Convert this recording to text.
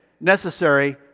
necessary